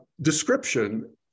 description